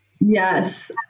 Yes